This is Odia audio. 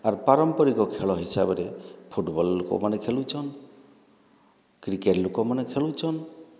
ଆର୍ ପାରମ୍ପରିକ ଖେଳ ହିସାବରେ ଫୁଟବଲ୍ ଲୋକମାନେ ଖେଳୁଛନ୍ତି କ୍ରିକେଟ୍ ଲୋକମାନେ ଖେଳୁଛନ୍ତି